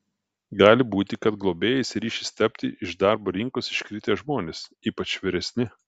gali būti kad globėjais ryšis tapti iš darbo rinkos iškritę žmonės ypač vyresni